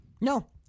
No